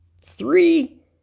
three